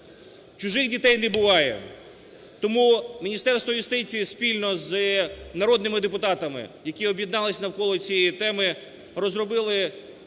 Чужих дітей не буває. Тому Міністерство юстиції спільно з народними депутатами, які об'єднались навколо цієї теми, розробили